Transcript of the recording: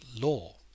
law